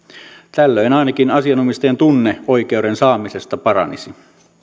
tällöin ainakin asianomistajan tunne oikeuden saamisesta paranisi